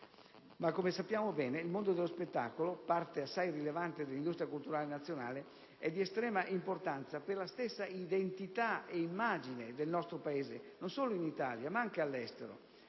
Ma come sappiamo bene, il mondo dello spettacolo, parte assai rilevante dell'industria culturale nazionale, è di estrema importanza per la stessa identità ed immagine del nostro Paese, non solo in Italia ma anche all'estero.